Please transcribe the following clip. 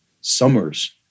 summers